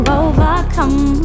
overcome